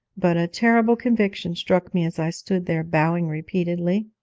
but a terrible conviction struck me as i stood there bowing repeatedly,